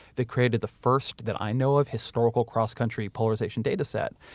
they created the first, that i know of, historical cross country polarization data set.